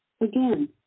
Again